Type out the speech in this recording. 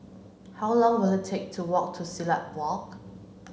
how long will it take to walk to Silat Walk